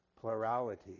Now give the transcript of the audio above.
plurality